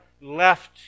left